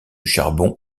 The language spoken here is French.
charbon